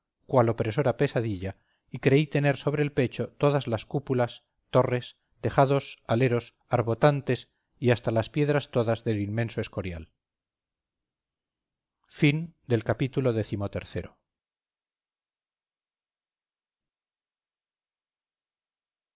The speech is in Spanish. cual opresora pesadilla y creí tener sobre el pecho todas las cúpulas torres tejados aleros arbotantes y hasta las piedras todas del inmenso escorial ii